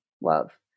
love